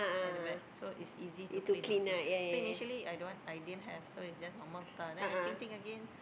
at the back so is easy to clean also so initially I don't want I didn't have so is just normal tar so I think think again